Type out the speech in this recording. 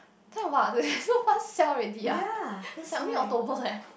then what leh so fast sell already ah it's like only October leh